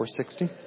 460